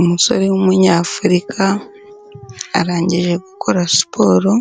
Umusore w'Umunyafurika arangije gukora siporo,